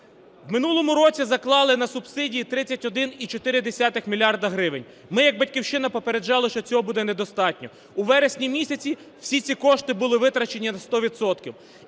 В минулому році заклали на субсидії 31,4 мільярда гривень. Ми як "Батьківщина" попереджали, що цього буде недостатньо. У вересні місяці всі ці кошти були витрачені на 100